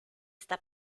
esta